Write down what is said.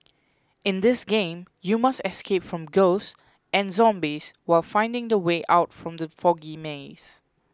in this game you must escape from ghosts and zombies while finding the way out from the foggy maze